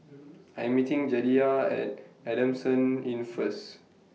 I Am meeting Jedediah At Adamson Inn First